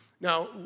Now